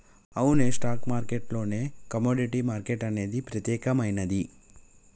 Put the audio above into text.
అవునే stock market లోనే commodity market అనేది ప్రత్యేకమైనది